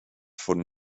von